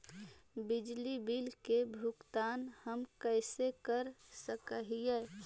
बिजली बिल के भुगतान हम कैसे कर सक हिय?